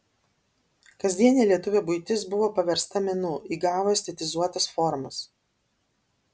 kasdienė lietuvio buitis buvo paversta menu įgavo estetizuotas formas